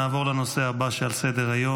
נעבור לנושא הבא שעל סדר-היום,